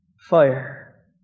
fire